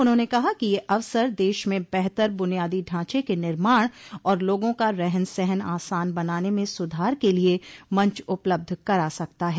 उन्होंने कहा कि यह अवसर देश में बेहतर बुनियादी ढांचे के निर्माण और लोगों का रहन सहन आसान बनाने में सुधार के लिए मंच उपलब्ध करा सकता है